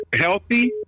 healthy